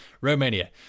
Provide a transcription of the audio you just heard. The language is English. Romania